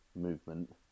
movement